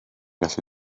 gallu